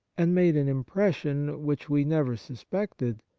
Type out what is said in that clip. and made an im pression which we never suspected,